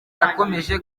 yakomeje